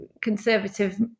conservative